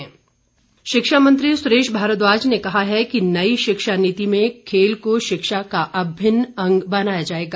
शिक्षा नीति शिक्षा मंत्री सुरेश भारद्वाज ने कहा है कि नई शिक्षा नीति में खेल को शिक्षा का अभिन्न अंग बनाया जाएगा